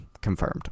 confirmed